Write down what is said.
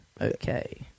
Okay